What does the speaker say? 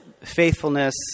faithfulness